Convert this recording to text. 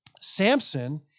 Samson